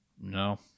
No